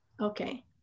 Okay